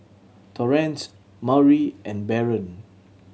Torrance Maury and Baron